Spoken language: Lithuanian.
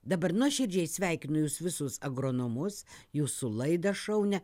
dabar nuoširdžiai sveikinu jus visus agronomus jūsų laidą šaunią